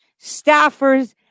staffers